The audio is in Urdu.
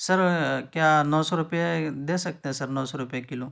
سر کیا نو سو روپیے دے سکتے ہیں سر نو سو روپے کلو